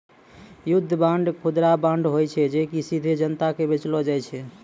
युद्ध बांड, खुदरा बांड होय छै जे कि सीधे जनता के बेचलो जाय छै